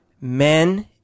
men